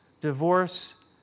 Divorce